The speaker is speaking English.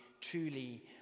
truly